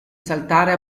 saltare